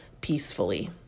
peacefully